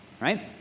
Right